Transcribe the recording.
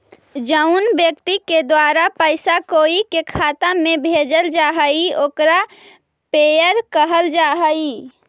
जउन व्यक्ति के द्वारा पैसा कोई के खाता में भेजल जा हइ ओकरा पेयर कहल जा हइ